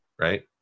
Right